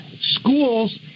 schools